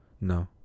no